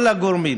כל הגורמים